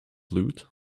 loot